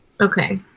Okay